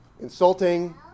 Insulting